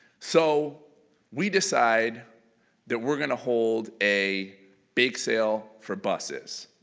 so we decide that we're going to hold a bake sale for buses.